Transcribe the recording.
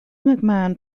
mcmahon